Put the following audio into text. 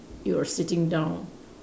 you're sitting down